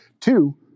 Two